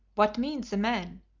what means the man?